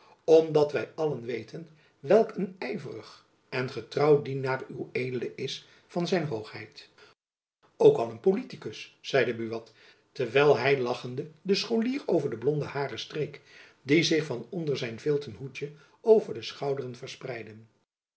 omdat wy allen weten welk een yverig en getrouw dienaar ued is van zijn hoogheid ook al een politikus zeide buat terwijl hy lachende den scholier over de blonde hairen streek die zich van onder zijn vilten hoedtjen over de schouderen verspreidden